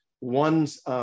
one's